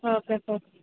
okay sir